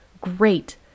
Great